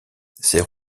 ces